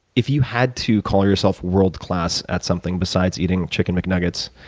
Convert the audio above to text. if you had to call yourself world class at something besides eating chicken mcnuggets,